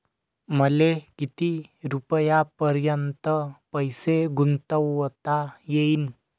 मले किती रुपयापर्यंत पैसा गुंतवता येईन?